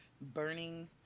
burning